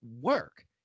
work